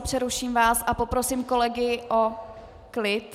Přeruším vás a poprosím kolegy o klid.